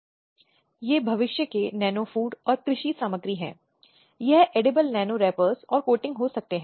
महिलाओं को अलग अलग मुद्दों के संबंध में कई स्थितियों में परामर्श देना पड़ता है